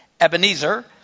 Ebenezer